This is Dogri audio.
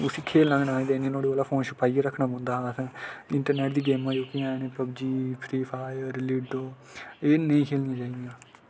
उसी खेढन निं देना इंटरनैट दियां गेमां जेह्कियां न पबजी फ्री फायर लिड्डो एह् नेई खेढनियां चाही दियां